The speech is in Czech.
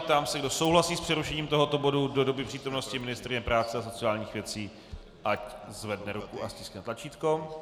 Ptám se, kdo souhlasí s přerušením tohoto bodu do doby přítomnosti ministryně práce a sociálních věcí, ať zvedne ruku a stiskne tlačítko.